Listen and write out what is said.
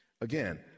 Again